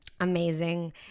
amazing